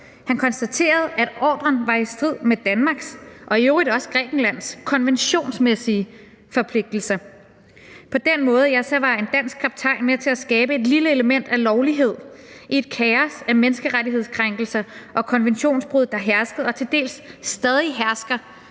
Han konstaterede, at ordren var i strid med Danmarks og i øvrigt også Grækenlands konventionsmæssige forpligtelser. På den måde var en dansk kaptajn med til at skabe et lille element af lovlighed i et kaos af menneskerettighedskrænkelser og konventionsbrud, der herskede og til dels stadig hersker